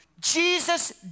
Jesus